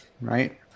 right